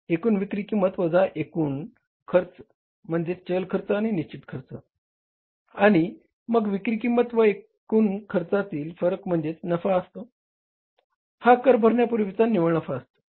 एकूण विक्री किंमत वजा एकूण खर्च म्हणजेच चल खर्च आणि निश्चित खर्च आणि मग विक्री किंमत व एकूण खर्चातील फरक म्हणजे नफा असतो हा कर भरण्यापूर्वीचा निव्वळ नफा असतो